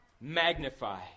magnify